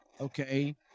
okay